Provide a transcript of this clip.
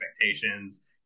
expectations